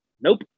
nope